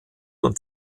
und